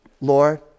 Lord